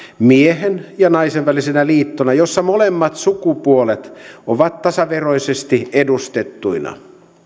miehen ja naisen välisenä liittona jossa molemmat sukupuolet ovat tasaveroisesti edustettuina